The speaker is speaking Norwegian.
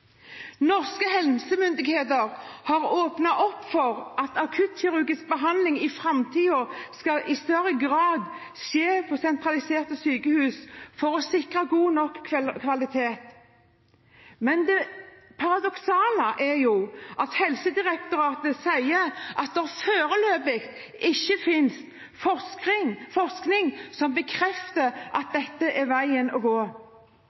Norske helsemyndigheter har åpnet opp for at akuttkirurgisk behandling i framtiden i større grad skal skje på sentraliserte sykehus for å sikre god nok kvalitet. Det paradoksale er at Helsedirektoratet sier at det foreløpig ikke finnes forskning som bekrefter at dette er veien å gå.